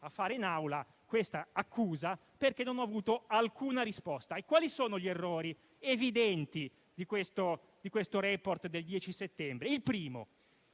a fare in Assemblea questa accusa, perché non ho avuto alcuna risposta. Quali sono gli errori evidenti di questo *report* del 10 settembre? Il primo